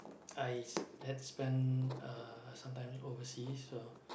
I had spent uh some time overseas so